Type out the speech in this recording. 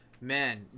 man